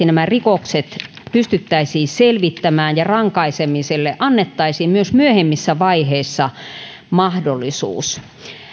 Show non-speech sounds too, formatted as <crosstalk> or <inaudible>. <unintelligible> nämä rikokset pystyttäisiin myös tosiasiallisesti selvittämään ja rankaisemiselle annettaisiin myös myöhemmissä vaiheissa mahdollisuus